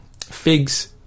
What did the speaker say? figs